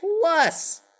Plus